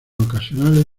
ocasionales